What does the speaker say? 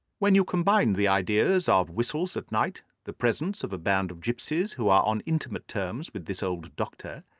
when you combine the ideas of whistles at night, the presence of a band of gipsies who are on intimate terms with this old doctor,